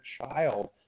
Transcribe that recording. child